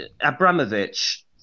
Abramovich